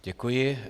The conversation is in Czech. Děkuji.